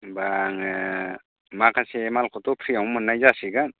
होमबा आङो माखासे मालखौथ' फ्रिआवनो मोन्नाय जासिगोन